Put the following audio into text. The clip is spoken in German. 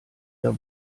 der